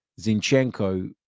Zinchenko